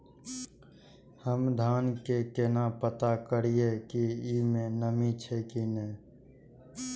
हम धान के केना पता करिए की ई में नमी छे की ने?